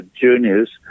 juniors